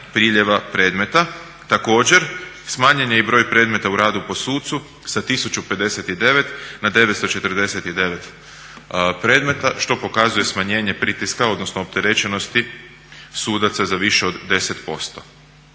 priljeva predmeta. Također smanjen je i broj predmeta u radu po sucu sa 1.059 na 949 predmeta što pokazuje smanjenje pritiska odnosno opterećenosti sudaca za više od 10%.